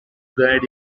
guide